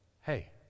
hey